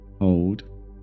Hold